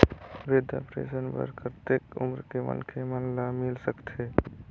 वृद्धा पेंशन बर कतेक उम्र के मनखे मन ल मिल सकथे?